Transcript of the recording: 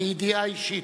מידיעה אישית,